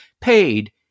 paid